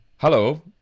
Hello